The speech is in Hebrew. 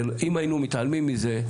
אם היינו מתעלמים מזה,